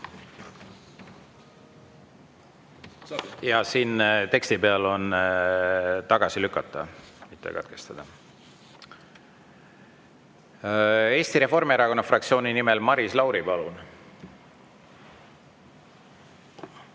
Siin tekstis on "tagasi lükata", mitte katkestada. Eesti Reformierakonna fraktsiooni nimel Maris Lauri, palun!